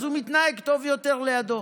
אז הוא מתנהג טוב יותר לידו.